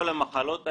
כל המחלות האלה,